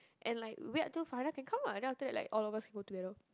and like wait until Fada can come lah and then after that like all of us can go together